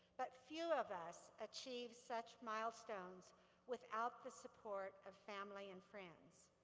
but few of us achieve such milestones without the support of family and friends.